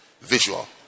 visual